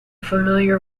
familiar